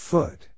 Foot